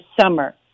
summer